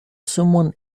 someone